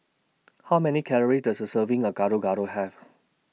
How Many Calories Does A Serving of Gado Gado Have